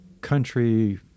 country